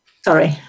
Sorry